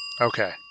Okay